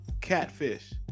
catfish